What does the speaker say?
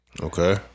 Okay